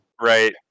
Right